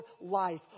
life